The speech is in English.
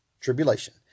tribulation